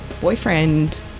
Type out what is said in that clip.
Boyfriend